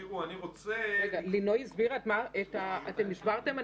אני רוצה לקחת את המספר של